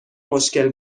مشکل